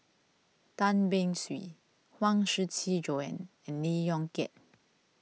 Tan Beng Swee Huang Shiqi Joan and Lee Yong Kiat